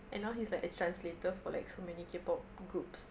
and now he's like a translator for like so many K pop groups